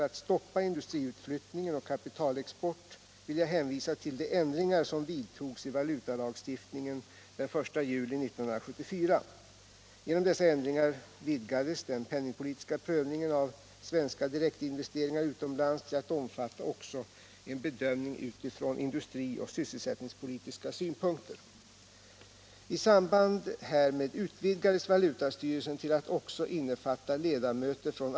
Vid bedömningen av enskilda tillståndsärenden har en po = Nr 56 sitiv bedömning från lokalt fackligt håll tillmätts stor betydelse.